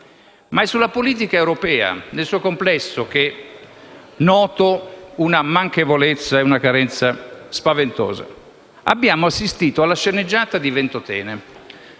Ma è sulla politica europea nel suo complesso che noto una manchevolezza e una carenza spaventose. Abbiamo assistito alla sceneggiata di Ventotene: